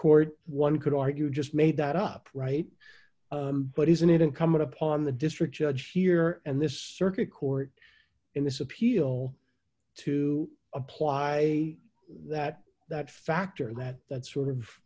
court one could argue just made that up right but isn't it incumbent upon the district judge here and this circuit court in this appeal to apply d that that factor that that sort of